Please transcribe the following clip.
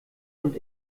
und